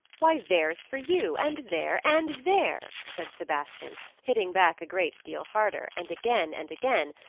why, there's for you and there, and there! said sebastian, hitting back a great deal harder, and again and again,